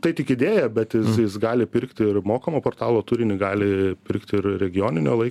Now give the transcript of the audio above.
tai tik idėja bet jis gali pirkti ir mokamo portalo turinį gali pirkt ir regioninio lai